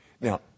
Now